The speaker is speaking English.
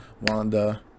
wanda